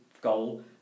goal